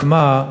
רק מה,